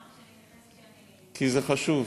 ואמרתי שאני אתייחס כשאני, כי זה חשוב.